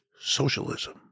socialism